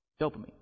Dopamine